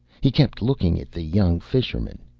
he kept looking at the young fisherman.